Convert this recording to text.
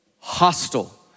hostile